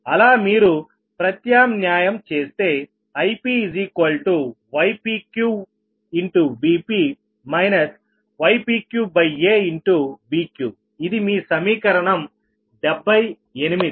అలా మీరు ప్రత్యామ్న్యాయం చేస్తే IpypqVp ypqaVqఇది మీ సమీకరణం 78